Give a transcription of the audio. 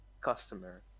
customer